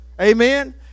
amen